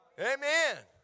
Amen